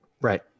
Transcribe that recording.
Right